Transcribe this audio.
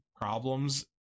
problems